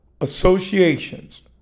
associations